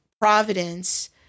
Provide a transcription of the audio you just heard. providence